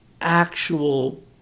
actual